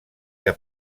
que